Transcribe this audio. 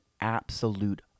absolute